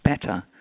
better